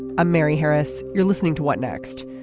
i'm mary harris. you're listening to what next.